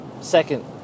second